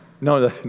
No